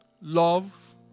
Love